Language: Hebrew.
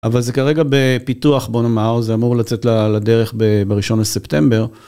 אבל זה כרגע בפיתוח, בוא נאמר. זה אמור לצאת לדרך בראשון לספטמבר.